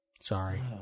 Sorry